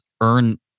earn